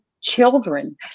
children